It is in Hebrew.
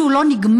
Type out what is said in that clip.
שהוא לא נגמר,